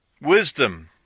Wisdom